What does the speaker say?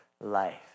life